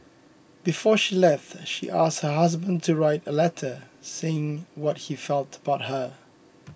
before she left she asked her husband to write a letter saying what he felt about her